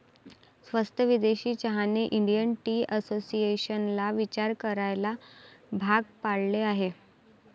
स्वस्त विदेशी चहाने इंडियन टी असोसिएशनला विचार करायला भाग पाडले आहे